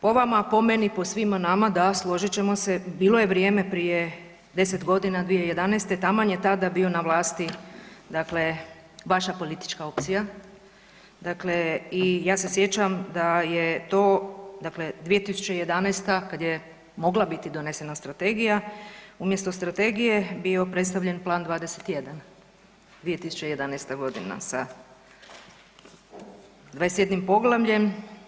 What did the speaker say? Po vama, po meni, po svima nama da složit ćemo se bilo je vrijeme prije 10.g. 2011. taman je tada bio na vlasti dakle vaša politička opcija, dakle i ja se sjećam da je to, dakle 2011. kad je mogla biti donesena strategija umjesto strategije bio predstavljen Plan 21. 2011.g. sa 21 poglavljem.